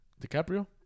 DiCaprio